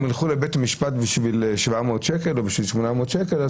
הם ילכו לבית משפט בשביל 700 שקלים או בשביל 800 שקלים,